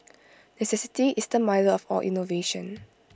necessity is the mother of all innovation